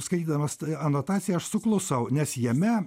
skaitydamas anotaciją aš suklusau nes jame